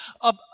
up